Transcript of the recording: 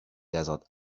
desert